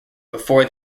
before